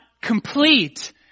complete